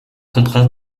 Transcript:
comprend